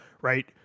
right